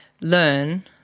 learn